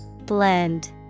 Blend